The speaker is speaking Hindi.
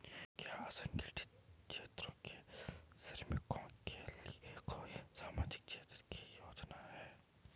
क्या असंगठित क्षेत्र के श्रमिकों के लिए कोई सामाजिक क्षेत्र की योजना है?